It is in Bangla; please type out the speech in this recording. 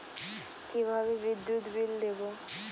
কিভাবে বিদ্যুৎ বিল দেবো?